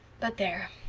but there!